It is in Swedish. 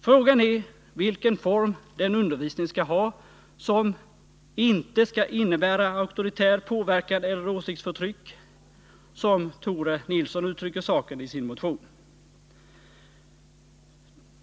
Frågan är vilken form den undervisning skall ha som ”inte skall innebära auktoritär påverkan eller åsiktsförtryck” , som Tore Nilsson uttrycker saken i sin motion.